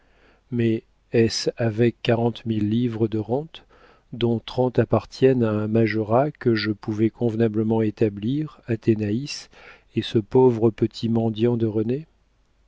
mais est-ce avec quarante mille livres de rentes dont trente appartiennent à un majorat que je pouvais convenablement établir athénaïs et ce pauvre petit mendiant de